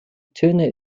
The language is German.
töne